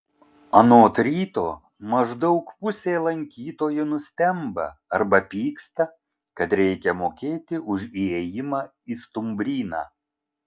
anot ryto maždaug pusė lankytojų nustemba arba pyksta kad reikia mokėti už įėjimą į stumbryną